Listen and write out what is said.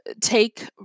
take